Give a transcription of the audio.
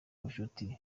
ubushuti